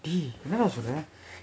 dey என்னடா சொல்றே:ennadaa solrae